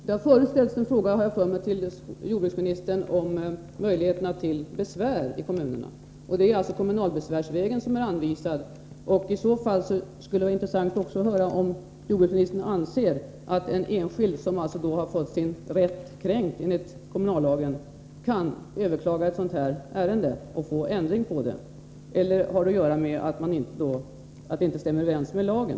Jag har för mig att det förut har ställts en fråga till jordbruksministern om möjligheten till besvär i kommunerna. Kommunalbesvärsvägen är anvisad. I så fall vore det intressant att höra om jordbruksministern anser att en enskild, som har fått sin rätt kränkt enligt kommunallagen, kan överklaga ett sådant här ärende och få en ändring till stånd. Eller har det att göra med att det inte stämmer överens med lagen?